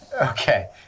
Okay